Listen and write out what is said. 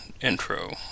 intro